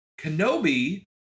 Kenobi